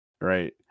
right